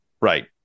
Right